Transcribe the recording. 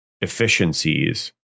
efficiencies